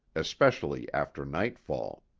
especially after nightfall.